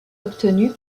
obtenue